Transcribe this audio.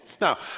Now